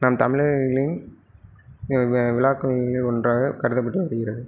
நம் தமிழர்களின் விழாக்களில் ஒன்றாக கருதப்பட்டு வருகிறது